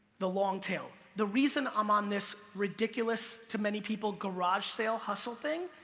the long tail. the reason i'm on this ridiculous, to many people, garage sale hustle thing,